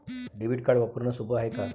Debit card वापरणं सोप हाय का?